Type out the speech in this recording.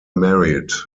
married